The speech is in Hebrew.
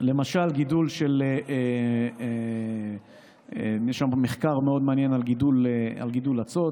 גידול של, יש שם מחקר מאוד מעניין על גידול אצות,